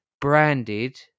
branded